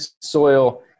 soil